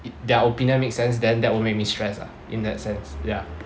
if their opinion make sense then that would make me stressed lah in that sense ya